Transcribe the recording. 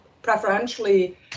preferentially